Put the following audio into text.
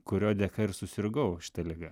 kurio dėka ir susirgau šita liga